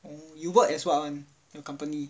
you work as what [one] your company